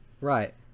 Right